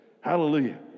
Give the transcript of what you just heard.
Hallelujah